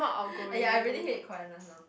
!aiya! I really hate quietness now